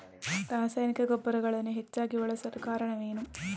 ರಾಸಾಯನಿಕ ಗೊಬ್ಬರಗಳನ್ನು ಹೆಚ್ಚಾಗಿ ಬಳಸಲು ಕಾರಣವೇನು?